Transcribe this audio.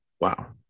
wow